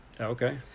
Okay